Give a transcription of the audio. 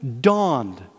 dawned